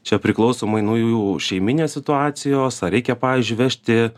čia priklausomai nuo jų šeiminės situacijos ar reikia pavyzdžiui vežti